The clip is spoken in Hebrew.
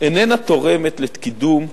אינה תורמת לקידום השלום,